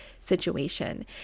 situation